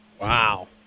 Wow